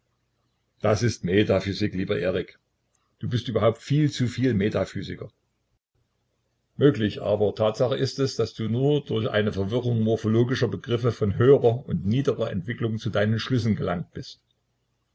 das ist metaphysik lieber erik du bist überhaupt viel zu viel metaphysiker möglich aber tatsache ist es daß du nur durch eine verwirrung morphologischer begriffe von höherer und niedrer entwicklung zu deinen schlüssen gelangt bist